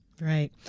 Right